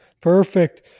Perfect